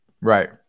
Right